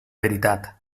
veritat